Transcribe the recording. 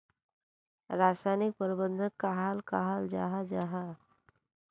रासायनिक प्रबंधन कहाक कहाल जाहा जाहा?